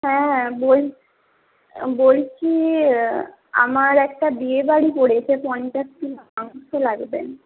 হ্যাঁ বলছি আমার একটা বিয়েবাড়ি পড়েছে পঞ্চাশ কিলো মাংস লাগবে